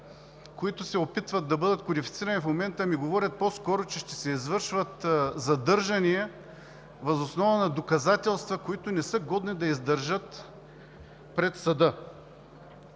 които се опитват да бъдат кодифицирани в момента, по скоро ми говорят, че ще се извършват задържания въз основа на доказателства, които не са годни да издържат пред съда.